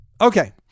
okay